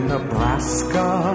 Nebraska